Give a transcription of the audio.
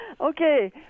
Okay